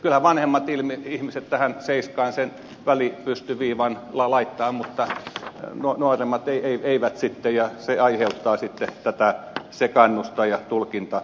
kyllähän vanhemmat ihmiset tähän seiskaan sen poikkiviivan laittavat mutta nuoremmat eivät ja se aiheuttaa sitten tätä sekaannusta ja tulkintaongelmia